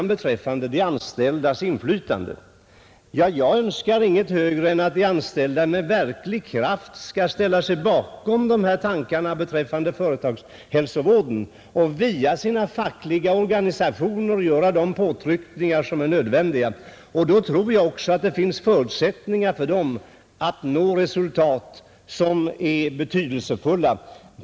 Beträffande de anställdas inflytande vill jag säga att jag inget högre önskar än att de anställda med verklig kraft skall ställa sig bakom de här tankarna om företagshälsovården och via sina fackliga organisationer göra de påtryckningar som är nödvändiga. Då tror jag att det också finns förutsättningar för dem att nå betydelsefulla resultat.